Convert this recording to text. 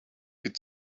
could